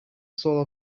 soul